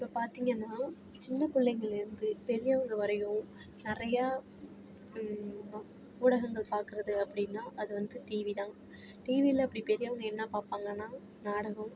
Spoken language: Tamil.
இப்போ பார்த்தீங்கன்னா சின்ன பிள்ளைங்கலேந்து பெரியவங்கள் வரையும் நிறையா ஊ ஊடகங்கள் பார்க்குறது அப்படின்னா அது வந்து டிவி தான் டிவியில் அப்படி பெரியவங்கள் என்ன பார்ப்பாங்கன்னா நாடகம்